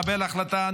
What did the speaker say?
קבל החלטה.